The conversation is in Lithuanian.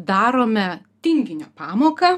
darome tinginio pamoką